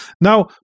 Now